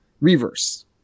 Reverse